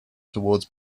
towards